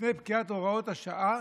לפני פקיעת הוראות השעה,